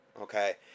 Okay